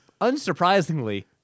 unsurprisingly